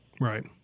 Right